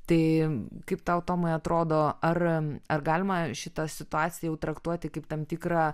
tai kaip tau tomai atrodo ar ar galima šitą situaciją traktuoti kaip tam tikrą